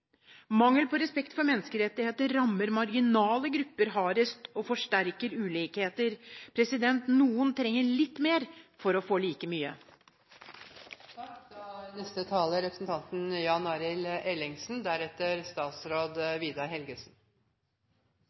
Mangel på respekt for menneskerettigheter rammer marginale grupper hardest og forsterker ulikheter. Noen trenger litt mer for å få like